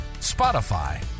Spotify